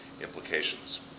implications